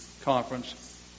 conference